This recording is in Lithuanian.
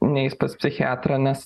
neis pas psichiatrą nes